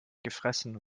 gefressen